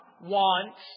wants